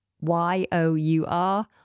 Y-O-U-R